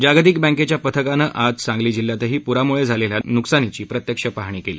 जागतिक बँकेच्या पथकानं आज सांगली जिल्ह्यातही प्राम्ळे झालेल्या न्कसानीची प्रत्यक्ष पाहणी केली